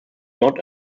not